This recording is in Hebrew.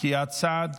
את הצעת